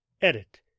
Edit